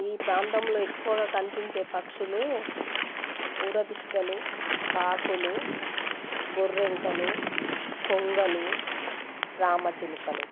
ఈ ప్రాంతంలో ఎక్కువగా కనిపించే పక్షులు ఊరబిష్కలు కాకులు గోరింకలు కొంగలు రామచిలుకలు